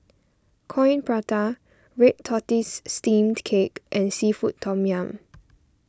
Coin Prata Red Tortoise Steamed Cake and Seafood Tom Yum